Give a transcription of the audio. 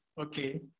Okay